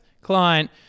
client